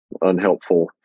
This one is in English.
unhelpful